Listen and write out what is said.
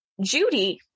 Judy